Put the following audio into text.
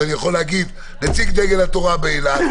אז אני יכול להגיד: נציג דגל התורה באילת,